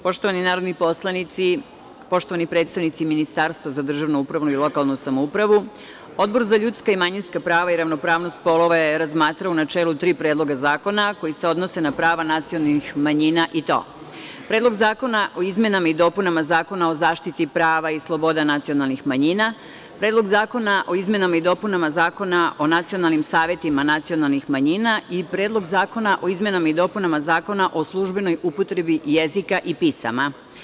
Poštovani narodni poslanici, poštovani predstavnici Ministarstva za državnu upravu i lokalnu samoupravu, Odbor za ljudska i manjinska prava i ravnopravnost polova je razmatrao u načelu tri predloga zakona koji se odnose na prava nacionalnih manjina, i to – Predlog zakona o izmenama i dopunama Zakona o zaštiti prava i sloboda nacionalnih manjina, Predlog zakona o izmenama i dopunama Zakona o nacionalnim savetima nacionalnih manjina i Predlog zakona o izmenama i dopunama Zakona o službenoj upotrebi jezika i pisama.